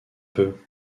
peu